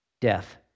death